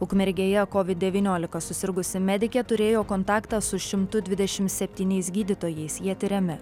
ukmergėje covid devyniolika susirgusi medikė turėjo kontaktą su šimtu dvidešimt septyniais gydytojais jie tiriami